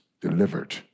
delivered